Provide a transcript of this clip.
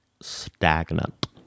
stagnant